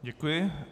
Děkuji.